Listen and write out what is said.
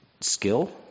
Skill